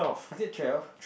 is it twelve